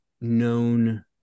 known